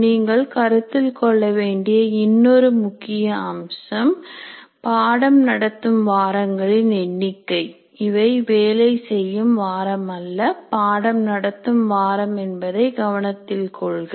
நீங்கள் கருத்தில் கொள்ள வேண்டிய இன்னொரு முக்கியமான அம்சம் பாடம் நடத்தும் வாரங்களில் எண்ணிக்கை இவை வேலை செய்யும் வாரம் அல்ல பாடம் நடத்தும் வாரம் என்பதை கவனத்தில் கொள்க